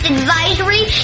Advisory